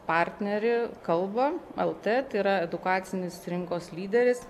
partnerį kalba lt tai yra edukacinis rinkos lyderis